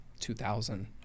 2,000